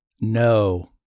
No